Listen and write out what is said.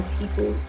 people